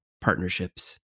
partnerships